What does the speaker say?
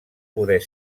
poder